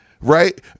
right